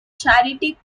charity